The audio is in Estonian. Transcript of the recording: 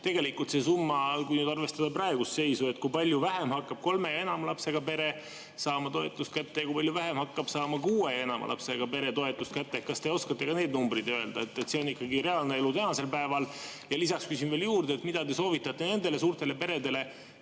muutub see summa, kui arvestada praegust seisu? Kui palju vähem hakkab kolme ja enama lapsega pere saama toetust kätte ja kui palju vähem hakkab saama kuue ja enama lapsega pere toetust kätte? Kas te oskate neid numbreid öelda? See on ikkagi reaalne elu tänasel päeval. Lisaks küsin veel juurde, mida te soovitate nendele suurtele peredele,